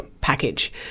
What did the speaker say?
package